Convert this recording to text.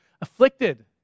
afflicted